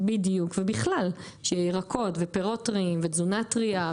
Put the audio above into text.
בדיוק ובכלל של ירקות ופירות טריים ותזונה בריאה